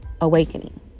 awakening